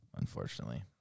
Unfortunately